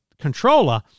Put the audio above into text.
controller